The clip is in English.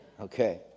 Okay